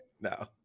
no